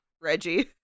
Reggie